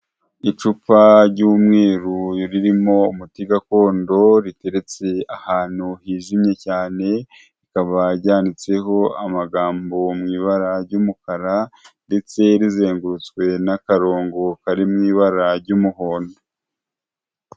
Icupa ry'umweru ririmo umuti gakondo riteretse ahantu hizimye cyane, rikaba ryanditseho amagambo mu ibara ry'umukara, ndetse rizengurutswe n'akarongo karimo ibara ry'umuhondo.